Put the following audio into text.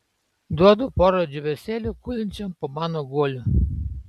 duodu porą džiūvėsėlių gulinčiam po mano guoliu